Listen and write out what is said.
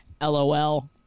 LOL